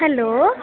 hello